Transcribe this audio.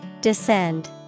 Descend